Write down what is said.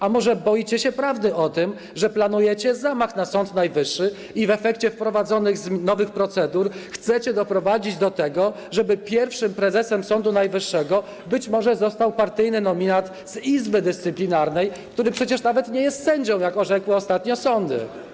A może boicie się prawdy o tym, że planujecie zamach na Sąd Najwyższy i w efekcie wprowadzonych nowych procedur chcecie doprowadzić do tego, żeby pierwszym prezesem Sądu Najwyższego być może został partyjny nominat z Izby Dyscyplinarnej, który przecież nawet nie jest sędzią, jak orzekły ostatnio sądy?